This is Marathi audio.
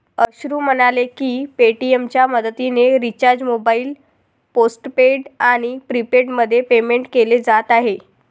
अश्रू म्हणाले की पेटीएमच्या मदतीने रिचार्ज मोबाईल पोस्टपेड आणि प्रीपेडमध्ये पेमेंट केले जात आहे